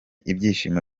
ibyishimo